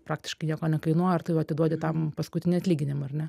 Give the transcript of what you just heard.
praktiškai nieko nekainuoja ar tu jau atiduodi tam paskutinį atlyginimą ar ne